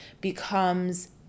becomes